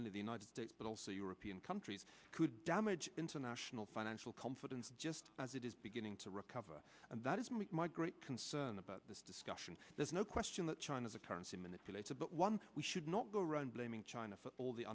only the united states but also european countries could damage international financial confidence just as it is beginning to recover and that is my great concern about this discussion there's no question that china is a currency manipulator but one we should not go around blaming china for all the